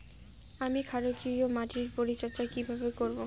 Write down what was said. আমি ক্ষারকীয় মাটির পরিচর্যা কিভাবে করব?